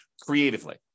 creatively